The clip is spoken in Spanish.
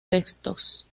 textos